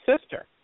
sister